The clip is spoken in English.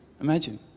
Imagine